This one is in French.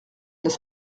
n’est